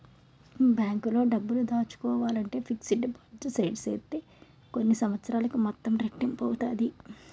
బ్యాంకులో డబ్బులు దాసుకోవాలంటే ఫిక్స్డ్ డిపాజిట్ సేత్తే కొన్ని సంవత్సరాలకి మొత్తం రెట్టింపు అవుతాది